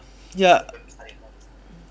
ya